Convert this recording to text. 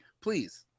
please